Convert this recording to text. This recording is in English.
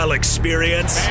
experience